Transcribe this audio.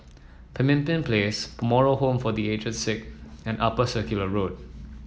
Pemimpin Place Moral Home for The Aged Sick and Upper Circular Road